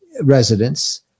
residents